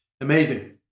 amazing